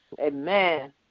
Amen